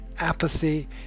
Apathy